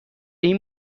این